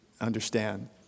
understand